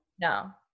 No